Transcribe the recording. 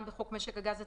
גם בחוק משק הגז הטבעי.